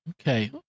Okay